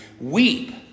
Weep